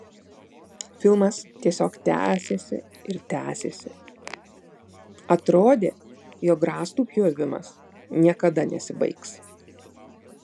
filmas tiesiog tęsėsi ir tęsėsi atrodė jog rąstų pjovimas niekada nesibaigs